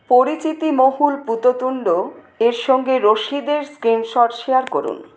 পরিচিতি মহুল পূততুণ্ড এর সঙ্গে রসিদের স্ক্রিনশট শেয়ার করুন